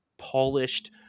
polished